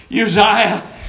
Uzziah